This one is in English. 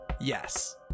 Yes